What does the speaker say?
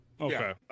Okay